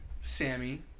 Sammy